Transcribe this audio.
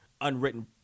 unwritten